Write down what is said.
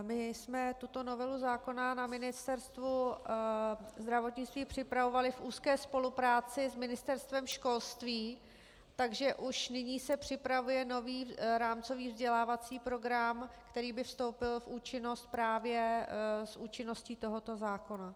My jsme tuto novelu zákona na Ministerstvu zdravotnictví připravovali v úzké spolupráci s Ministerstvem školství, takže už nyní se připravuje nový rámcový vzdělávací program, který by vstoupil v účinnost právě s účinností tohoto zákona.